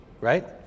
right